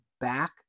back